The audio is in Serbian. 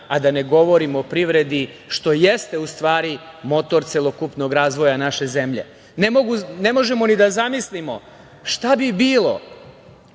a da ne govorim o privredi, što jeste u stvari motor celokupnog razvoja naše zemlje. Ne možemo ni da zamislimo šta bi bilo